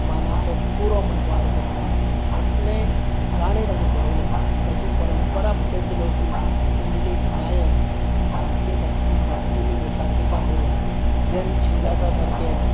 मानाचो तुरो म्हणपाक हरकत ना असलें गाणें ताणें बरयलें ताची परंपरा फुडें चलोवपी पुंडलीक नायक दाकटीं दाकटीं नाटकुली एकांकीका बरोवन एन शिवदासा सारके